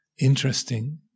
interesting